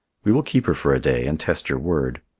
we will keep her for a day and test your word.